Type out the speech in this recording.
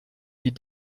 die